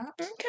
Okay